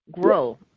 grow